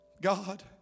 God